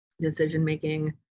decision-making